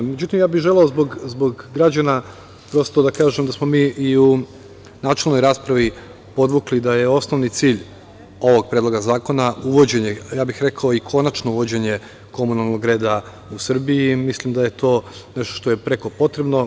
Međutim, ja bih želeo zbog građana da kažem da smo mi i u načelnoj raspravi podvukli da je osnovni cilj ovog predloga zakona konačno uvođenje komunalnog reda u Srbiji i mislim da je to nešto što je preko potrebno.